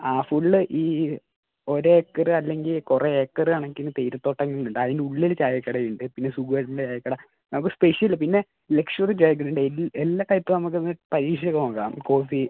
ആ ഫുൾ ഈ ഒരു ഏക്കർ അല്ലെങ്കിൽ കുറേ ഏക്കർ കണക്കിന് തേയില തോട്ടം ഉണ്ട് അതിൻ്റെ ഉള്ളിൽ ചായക്കട ഉണ്ട് പിന്നെ സുകുവേട്ടൻ്റെ ചായക്കട അപ്പോൾ സ്പെഷ്യൽ പിന്നെ ലക്ഷ്വറി ജാഗ്വാർ ഡെയിലി എല്ലാ ടൈപ്പ് നമുക്ക് ഒന്ന് പരീക്ഷിച്ച് ഒക്കെ നോക്കാം കോഫി